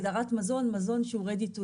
מזון, מזון שהוא מוכן לאכילה.